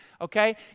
okay